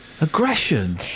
Aggression